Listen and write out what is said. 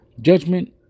Judgment